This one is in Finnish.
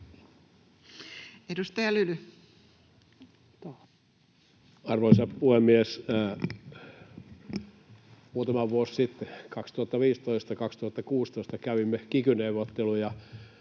Edustaja Lyly. Arvoisa puhemies! Muutama vuosi sitten, 2015—2016, kävimme kiky-neuvotteluja,